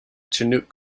chinook